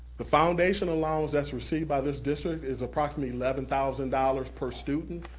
the foundation allowance that's received by this district is approximately eleven thousand dollars per student.